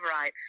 right